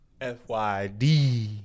FYD